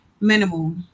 minimal